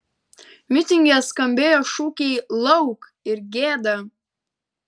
mitinge skambėjo šūkiai lauk ir gėda